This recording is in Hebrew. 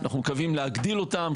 אנחנו מקווים להגדיל אותם,